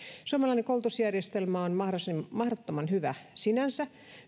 suomalainen koulutusjärjestelmä on mahdottoman hyvä sinänsä